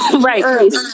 Right